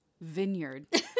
vineyard